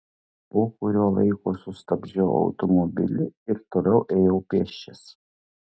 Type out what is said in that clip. po kurio laiko sustabdžiau automobilį ir toliau ėjau pėsčias